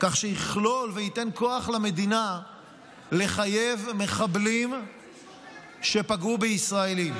כך שיכלול וייתן כוח למדינה לחייב מחבלים שפגעו בישראלים.